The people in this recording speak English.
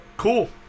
Cool